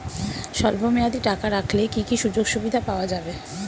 স্বল্পমেয়াদী টাকা রাখলে কি কি সুযোগ সুবিধা পাওয়া যাবে?